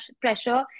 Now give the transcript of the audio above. pressure